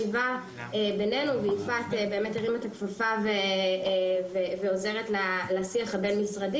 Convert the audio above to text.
יפעת באמת הרימה את הכפפה ועוזרת לשיח הבין-משרדי.